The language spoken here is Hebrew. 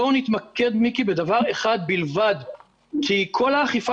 בואו נתמקד, מיקי, בדבר אחד בלבד, כי כל האכיפה